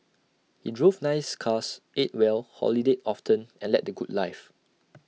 he drove nice cars ate well holidayed often and led the good life